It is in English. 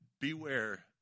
beware